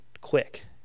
quick